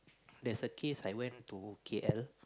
there's a case I went to K_L